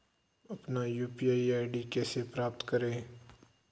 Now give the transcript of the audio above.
अपना UPI ID कैसे प्राप्त करें?